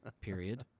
period